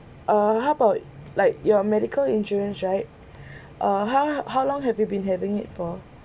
err how about like your medical insurance right uh how how long have you been having it for